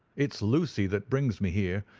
it's lucy that brings me here,